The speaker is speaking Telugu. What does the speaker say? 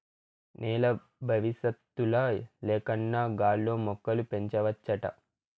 నేల బవిసత్తుల లేకన్నా గాల్లో మొక్కలు పెంచవచ్చంట